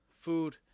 food